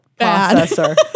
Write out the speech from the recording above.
processor